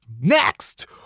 next